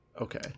Okay